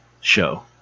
show